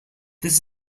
this